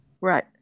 Right